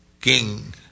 King